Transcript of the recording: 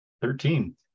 thirteen